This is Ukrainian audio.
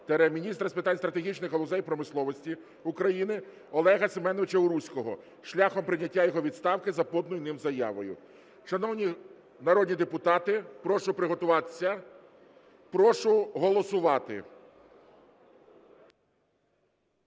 – Міністра з питань стратегічних галузей промисловості України Олега Семеновича Уруського шляхом прийняття його відставки за поданою ним заявою. Шановні народні депутати, прошу приготуватися. Прошу голосувати.